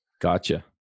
Gotcha